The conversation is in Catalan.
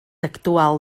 actual